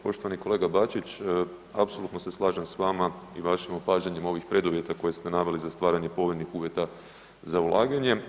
Poštovani kolega Bačić, apsolutno se slažem s vama i vašim opažanjem ovih preduvjeta koje ste naveli za stvaranje povoljnih uvjeta za ulaganje.